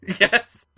Yes